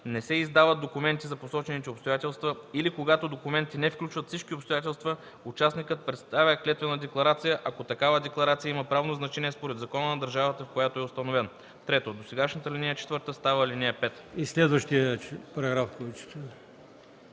не се издават документи за посочените обстоятелства или когато документите не включват всички обстоятелства, участникът представя клетвена декларация, ако такава декларация има правно значение според закона на държавата, в която е установен.” 3. Досегашната ал. 4 става ал. 5.” Комисията подкрепя текста